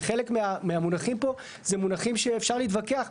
כי חלק מהמונחים פה זה מונחים שאפשר להתווכח.